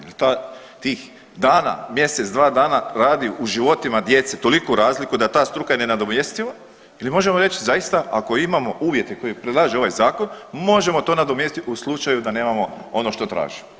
Jel tih dana, mjesec dva dana radi u životima djece toliku razliku da je ta struka nenadomjestiva ili možemo reći zaista ako imamo uvjete koje predlaže ovaj zakon možemo to nadomjestiti u slučaju da nemamo ono što traže.